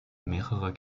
mehrerer